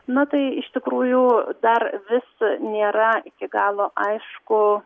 na tai iš tikrųjų dar vis nėra iki galo aišku